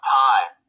time